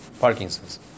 Parkinson's